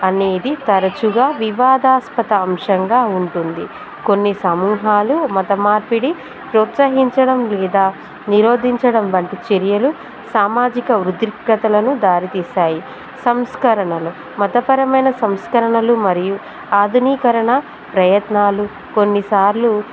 అనేది తరచుగా వివాదాస్పత అంశంగా ఉంటుంది కొన్ని సమూహాలు మతమార్పిడి ప్రోత్సహించడం లేదా నిరోధించడం వంటి చర్యలు సామాజిక వృద్ధిక్రతలను దారితీస్తాయి సంస్కరణలు మతపరమైన సంస్కరణలు మరియు ఆధునీకరణ ప్రయత్నాలు కొన్నిసార్లు